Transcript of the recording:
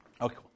Okay